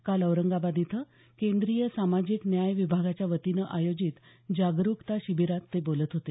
काल औरंगाबाद इथं केंद्रीय सामाजिक न्याय विभागाच्या वतीनं आयोजित जागरूकता शिबिरात ते बोलत होते